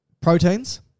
proteins